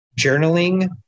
Journaling